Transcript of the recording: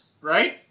right